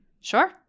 Sure